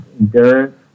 endurance